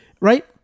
right